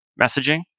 messaging